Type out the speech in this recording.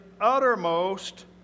uttermost